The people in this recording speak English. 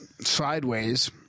sideways